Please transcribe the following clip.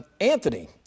Anthony